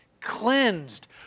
cleansed